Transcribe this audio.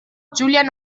julian